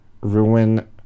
ruin